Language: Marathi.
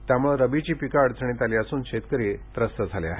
त्यामुळे रबी पीक अडचणीत आलं असून शेतकरी व्रस्त झाले आहेत